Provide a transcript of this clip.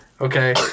okay